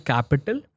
Capital